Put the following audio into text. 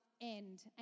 end